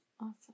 Awesome